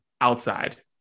outside